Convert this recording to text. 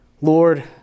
Lord